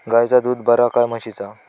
गायचा दूध बरा काय म्हशीचा?